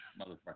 motherfucker